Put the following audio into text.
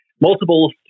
multiple